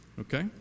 Okay